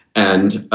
and.